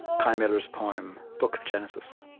kei miller's poem, book of genesis